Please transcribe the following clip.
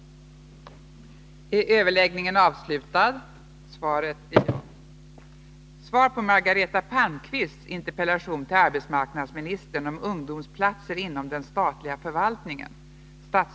ser inom den statliga förvaltningen